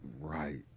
Right